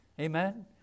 Amen